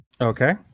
Okay